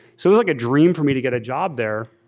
so it's like a dream for me to get a job there.